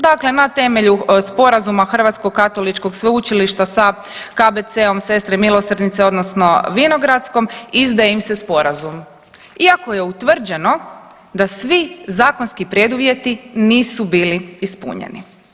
Dakle, na temelju sporazuma Hrvatskog katoličkog sveučilišta sa KBC-om Sestre milosrdnice odnosno Vinogradskom izdaje im se sporazum iako je utvrđeno da svi zakonski preduvjeti nisu bili ispunjeni.